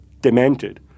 demented